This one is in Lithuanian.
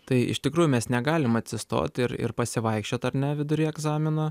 tai iš tikrųjų mes negalim atsistot ir ir pasivaikščiot ar ne vidury egzamino